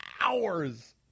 hours